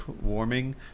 warming